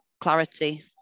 clarity